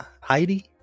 Heidi